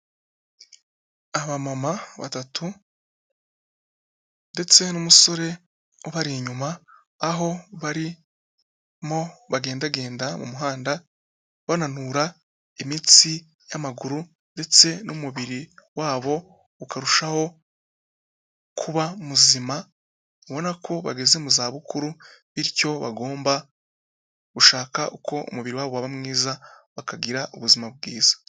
Abamama batatu ndetse n'umusore ubari inyuma aho barimo bagendagenda mu muhanda bananura imitsi y'amaguru ndetse n'umubiri wabo ukarushaho kuba muzima, ubona ko bageze mu zabukuru bityo bagomba gushaka uko umubiri waba mwiza bakagira ubuzima bwiza.